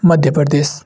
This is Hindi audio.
मध्य प्रदेश